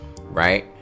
Right